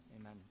Amen